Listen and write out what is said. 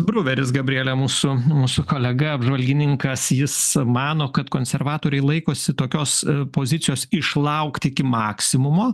bruveris gabriele mūsų mūsų kolega apžvalgininkas jis mano kad konservatoriai laikosi tokios pozicijos išlaukti iki maksimumo